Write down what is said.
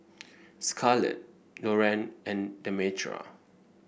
Scarlett Loren and Demetra